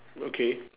okay